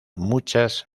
muchas